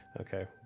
Okay